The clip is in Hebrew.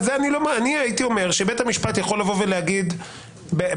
אני הייתי אומר שבית המשפט יכול לבוא ולהגיד "הסכום